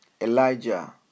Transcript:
Elijah